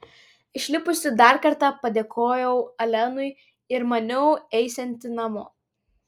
išlipusi dar kartą padėkojau alenui ir maniau eisianti namo